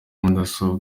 mudasobwa